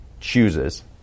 chooses